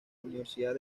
universidad